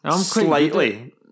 Slightly